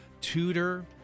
Tudor